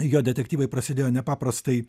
jo detektyvai prasidėjo nepaprastai